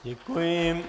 Děkuji.